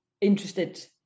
interested